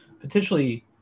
potentially